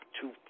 two